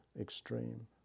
extreme